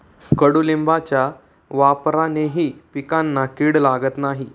कडुलिंबाच्या वापरानेही पिकांना कीड लागत नाही